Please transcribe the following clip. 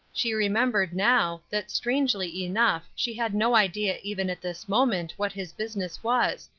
she remembered now, that strangely enough she had no idea even at this moment what his business was,